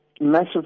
massive